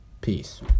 Peace